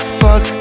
fuck